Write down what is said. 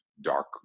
dark